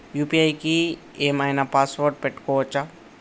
UPI కి ఏం ఐనా పాస్వర్డ్ పెట్టుకోవచ్చా?